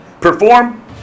Perform